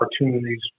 opportunities